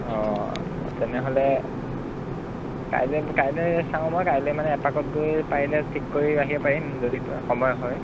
অ' তেনেহ'লে কাইলৈ কাইলৈ চাওঁ মই কাইলৈ মানে এপাকত গৈ পাৰিলে ঠিক কৰি আহিব পাৰিম যদি সময় হয়